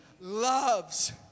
loves